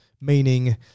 Meaning